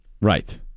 Right